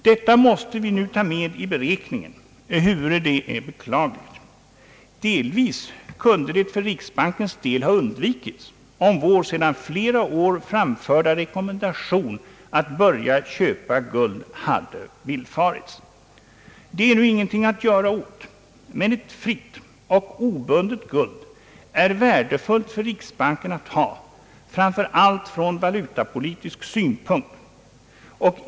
Detta måste vi nu ta med i beräkningen, ehuru det är beklagligt. Delvis kunde det för riksbankens del ha undvikits om vår sedan flera år framförda rekommendation att börja köpa guld hade villfarits. Det är nu ingenting att göra åt. Men ett fritt och obundet guld är värdefullt för riksbanken att ha, framför allt från valutapolitisk synpunkt.